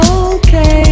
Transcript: okay